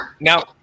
Now